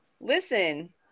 Listen